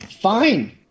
fine